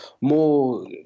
more